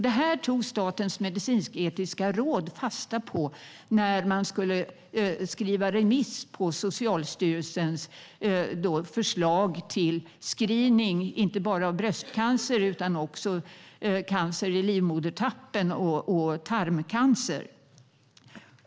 Detta tog Statens medicinsk-etiska råd fasta på när man skulle skriva remissvar på Socialstyrelsens förslag till screening inte bara av bröstcancer utan också av cancer i livmodertappen och tarmcancer.